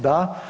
Da.